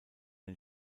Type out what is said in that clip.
den